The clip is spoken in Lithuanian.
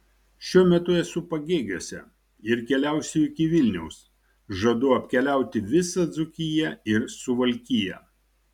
šiuo metu esu pagėgiuose ir keliausiu iki vilniaus žadu apkeliauti visą dzūkiją ir suvalkiją